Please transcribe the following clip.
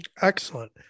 Excellent